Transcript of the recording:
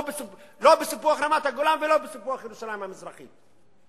לא בסיפוח רמת-הגולן ולא בסיפוח ירושלים המזרחית.